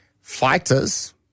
Fighters